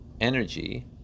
energy